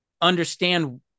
understand